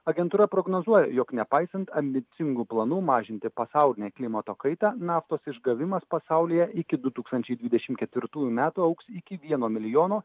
agentūra prognozuoja jog nepaisant ambicingų planų mažinti pasaulinę klimato kaitą naftos išgavimas pasaulyje iki du tūkstančiai dvidešim ketvirtųjų metų augs iki vieno milijono